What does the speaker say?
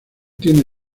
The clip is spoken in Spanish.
tiene